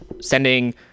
sending